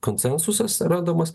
konsensusas randamas